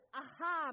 aha